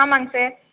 ஆமாம்ங்க சார்